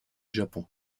japon